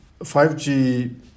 5G